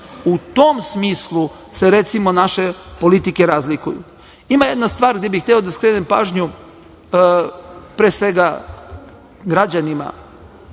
U tom smislu se naše politike razlikuju. Ima jedna stvar gde bih hteo da skrenem pažnju, pre svega građanima.